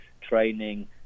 training